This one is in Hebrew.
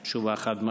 תשובה חד-משמעית.